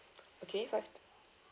okay five